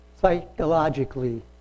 psychologically